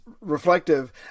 reflective